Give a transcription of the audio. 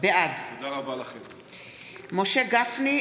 בעד משה גפני,